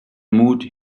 mood